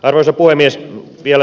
arvoisa puhemies